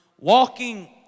walking